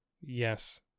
yes